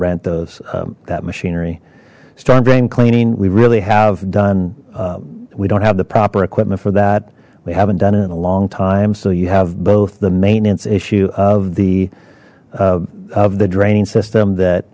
rent those that machinery storm drain cleaning we really have done we don't have the proper equipment for that we haven't done it in a long time so you have both the maintenance issue of the of the draining system that